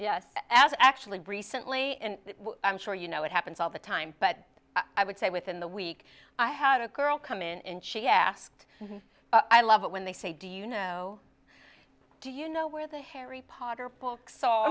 yes as actually recently and i'm sure you know it happens all the time but i would say within the week i had a girl come in and she asked i love it when they say do you know do you know where the harry potter books all